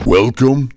Welcome